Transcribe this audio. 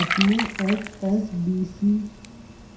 अपने एच.एस.बी.सी